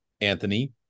Anthony